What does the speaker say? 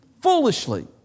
foolishly